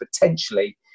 potentially